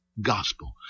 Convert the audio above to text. gospel